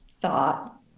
thought